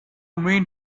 mean